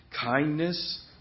kindness